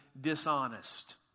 dishonest